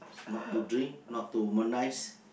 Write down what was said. not to drink not to womanize